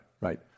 right